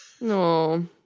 No